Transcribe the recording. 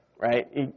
Right